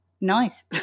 Nice